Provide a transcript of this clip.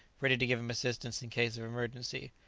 ready to give him assistance, in case of emergency.